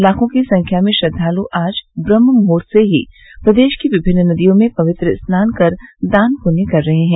लाखों की संख्या में श्रद्वालु आज ब्रम्हमुह्र्त से ही प्रदेश की विभिन्न नदियों में पवित्र स्नान कर दान पुण्य कर रहे हैं